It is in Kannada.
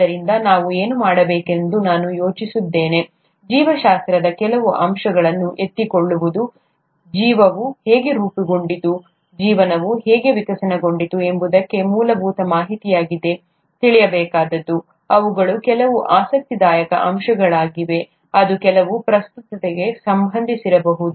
ಆದ್ದರಿಂದ ನಾವು ಏನು ಮಾಡಬೇಕೆಂದು ನಾವು ಯೋಚಿಸಿದ್ದೇವೆ ಜೀವಶಾಸ್ತ್ರದ ಕೆಲವು ಅಂಶಗಳನ್ನು ಎತ್ತಿಕೊಳ್ಳುವುದು ಜೀವನವು ಹೇಗೆ ರೂಪುಗೊಂಡಿತು ಜೀವನವು ಹೇಗೆ ವಿಕಸನಗೊಂಡಿತು ಎಂಬುದಕ್ಕೆ ಮೂಲಭೂತ ಮಾಹಿತಿಯಾಗಿ ತಿಳಿಯಬೇಕಾದದ್ದು ಅವುಗಳು ಕೆಲವು ಆಸಕ್ತಿದಾಯಕ ಅಂಶಗಳಾಗಿವೆ ಅದು ಕೆಲವು ಪ್ರಸ್ತುತತೆಗೆ ಸಂಬಂಧಿಸಿರಬಹುದು